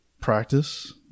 practice